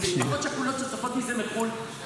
אלו משפחות שכולות שצופות בזה מחו"ל.